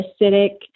acidic